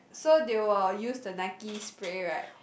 so they will use the Nike spray right